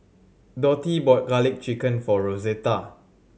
Dotty bought Garlic Chicken for Rosetta